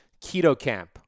KetoCamp